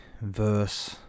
verse